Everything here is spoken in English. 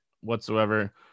whatsoever